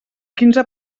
quinze